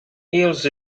eles